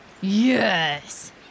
Yes